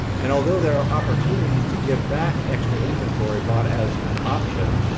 and although there are opportunities to give back extra inventory bought as an option,